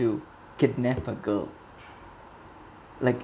to kidnap a girl